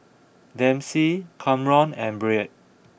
Dempsey Kamron and Brea